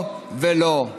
לא ולא.